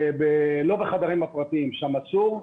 לא בחדרים הפרטיים, שם אסור.